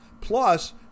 Plus